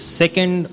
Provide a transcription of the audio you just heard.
second